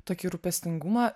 tokį rūpestingumą